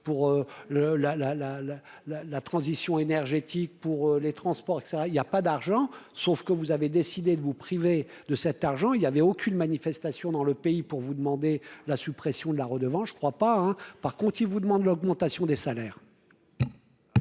la la transition énergétique pour les transports avec ça, il y a pas d'argent, sauf que vous avez décidé de vous priver de cet argent, il y avait aucune manifestation dans le pays pour vous demander la suppression de la redevance, je ne crois pas, hein, par contre, ils vous demandent l'augmentation des salaires.